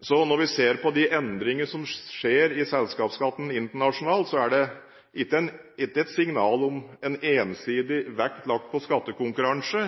Når vi ser på de endringene som skjer i selskapsskatten internasjonalt, er det altså ikke et signal om en ensidig vekt lagt på skattekonkurranse,